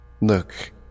Look